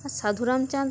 Sadhu Ramchand